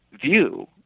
view